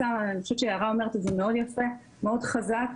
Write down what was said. אני חושבת שיערה אומרת את זה מאוד יפה, מאוד חזק.